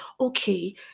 okay